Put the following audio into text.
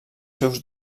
seus